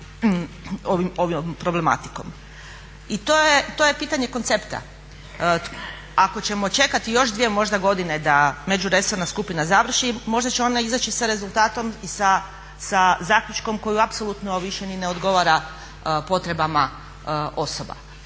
I to je pitanje koncepta. Ako ćemo čekati još možda dvije godine da međuresorna skupina završi možda će ona izaći sa rezultatom i sa zaključkom koji apsolutno više ni ne odgovara potrebama osoba